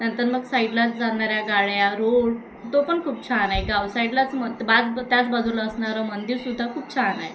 नंतर मग साईडलाच जाणाऱ्या गाड्या रोड तो पण खूप छान आहे गाव साईडलाच मग बाच त्याच बाजूला असणारं मंदिर सुद्धा खूप छान आहे